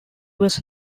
was